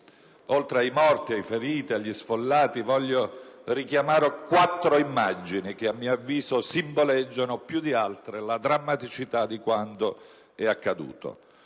Oltre ai morti, ai feriti e agli sfollati, voglio richiamare quattro immagini, che a mio avviso simboleggiano più di altre la drammaticità di quanto è accaduto: